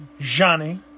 Johnny